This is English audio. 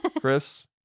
Chris